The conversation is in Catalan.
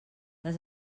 les